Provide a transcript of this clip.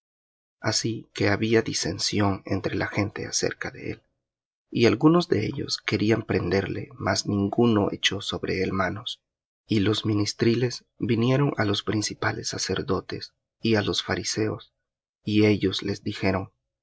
así que había disensión entre la gente acerca de él y algunos de ellos querían prenderle mas ninguno echó sobre él manos y los ministriles vinieron á los principales sacerdotes y á los fariseos y ellos les dijeron